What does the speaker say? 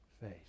faith